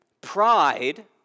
Pride